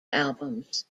albums